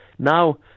Now